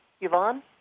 Yvonne